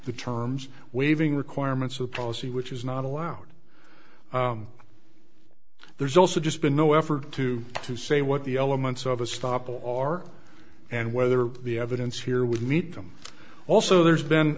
the terms waiving requirements of policy which is not allowed there's also just been no effort to to say what the elements of a stoppel are and whether the evidence here would meet them also there's been